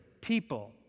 people